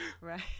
Right